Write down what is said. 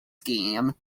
scheme